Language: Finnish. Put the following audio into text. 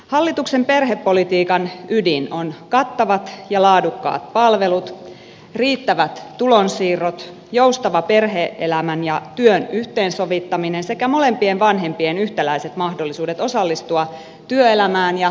hallituksen perhepolitiikan ydin on kattavat ja laadukkaat palvelut riittävät tulonsiirrot joustava perhe elämän ja työn yhteensovittaminen sekä molempien vanhempien yhtäläiset mahdollisuudet osallistua työelämään ja kehittyä urallaan